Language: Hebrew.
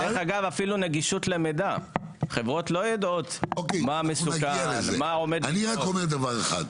אני רק אומר דבר אחד: